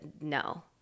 no